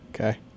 Okay